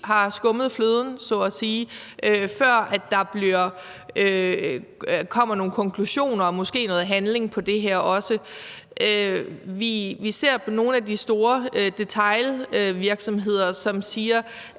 har skummet fløden så at sige, før der kommer nogle konklusioner og måske noget handling på det her. Vi ser nogle af de store detailvirksomheder, som siger,